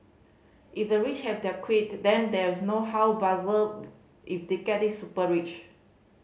if the rich have their quirk then there's no how bizarre if they get the super rich